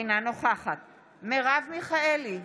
אינה נוכחת מרב מיכאלי,